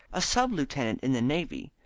a sub-lieutenant in the navy,